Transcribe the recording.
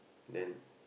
then